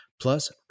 Plus